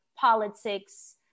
politics